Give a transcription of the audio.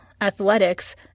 athletics